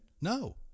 No